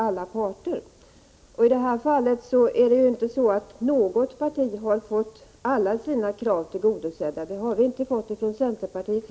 I detta fall har inte något parti fått alla sina krav tillgodosedda, inte heller centerpartiet.